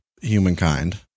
humankind